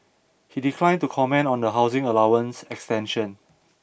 he declined to comment on the housing allowance extension